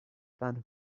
than